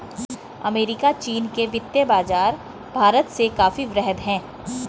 America चीन के वित्तीय बाज़ार भारत से काफी वृहद हैं